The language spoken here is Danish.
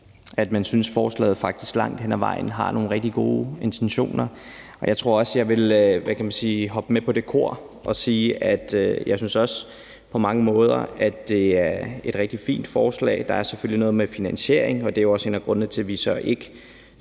at man synes, at forslaget faktisk langt hen ad vejen har nogle rigtig gode intentioner. Jeg tror også, jeg vil hoppe med på det kor og sige, at jeg også på mange måder synes, at det er et rigtig fint forslag. Der er selvfølgelig noget med finansieringen, og det er jo også en af grundene til, at vi så ikke